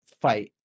fight